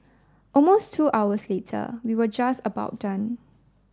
almost two hours later we were just about done